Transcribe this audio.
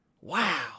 Wow